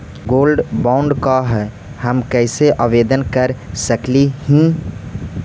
Gold bond का है, हम कैसे आवेदन कर सकली ही?